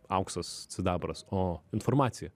auksas sidabras o informacija